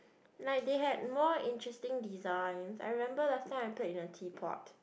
like they have more interesting designs I remember last time I played in a teapot